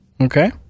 Okay